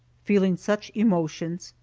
feeling such emotions,